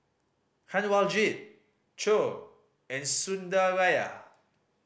Kanwaljit Choor and Sundaraiah